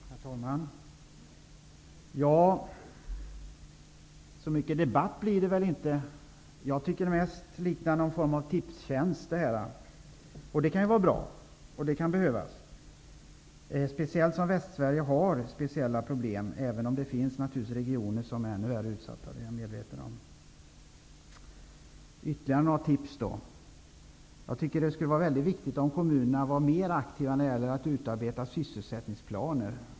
Herr talman! Så mycket debatt blir det väl inte. Jag tycker att det här mest liknar någon form av tipstjänst. Det kan ju vara bra, och det kan behövas, särskilt som Västsverige har speciella problem, även om det naturligtvis finns regioner som är ännu värre utsatta, det är jag medveten om. Jag skall ge ytterligare några tips. Jag tycker att det är mycket viktigt att kommunerna är mer aktiva när det gäller att utarbeta sysselsättningsplaner.